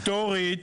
היסטורית,